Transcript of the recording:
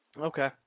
Okay